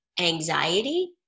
anxiety